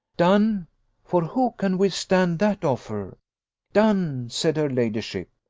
done for who can withstand that offer done! said her ladyship.